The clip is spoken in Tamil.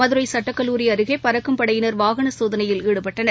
மதுரைசட்டக்கல்லூரி அருகேபறக்கும் படையினர் வாகன்சோதனையில் ஈடுபட்டனர்